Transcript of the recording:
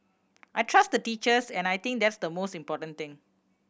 I trust the teachers and I think that's the most important thing